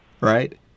right